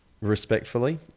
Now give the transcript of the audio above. respectfully